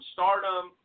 Stardom